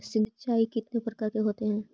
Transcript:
सिंचाई कितने प्रकार के होते हैं?